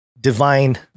divine